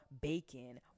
bacon